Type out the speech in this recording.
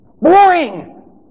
Boring